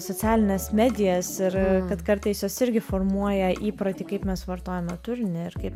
socialines medijas ir kad kartais jos irgi formuoja įprotį kaip mes vartojame turinį ir kaip